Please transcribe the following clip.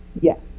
yes